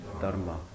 Dharma